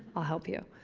i'll help you.